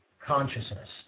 consciousness